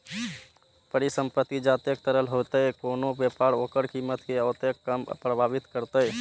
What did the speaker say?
परिसंपत्ति जतेक तरल हेतै, कोनो व्यापार ओकर कीमत कें ओतेक कम प्रभावित करतै